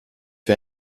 für